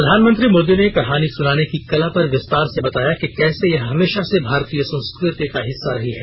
प्रधानमंत्री मोदी ने कहानी सुनाने की कला पर विस्तार से बताया कि कैसे यह हमेशा से भारतीय संस्कृति का हिस्सा रही है